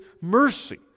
mercy